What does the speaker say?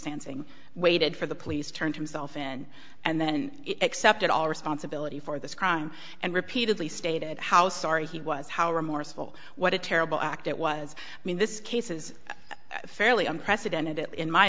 sansing waited for the police turned himself in and then except at all responsibility for this crime and repeatedly stated how sorry he was how remorseful what a terrible act it was i mean this case is fairly unprecedented in my